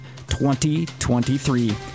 2023